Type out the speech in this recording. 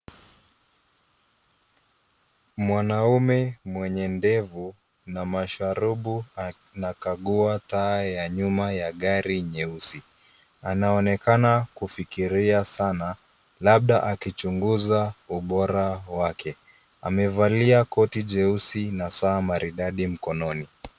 Mwanaume mwenye ndefu na masharubu anakagua taa ya nyuma ya gari nyeusi. Anaonekana kufikiria sana labda akichuguza ubora wake. Amevalia koti jeusi na saa maridadi mkononi.